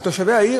על תושבי העיר,